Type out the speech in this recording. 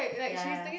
ya ya